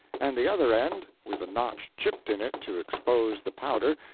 and the other end, with a notch chipped in it to expose the powder,